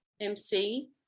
MC